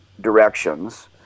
directions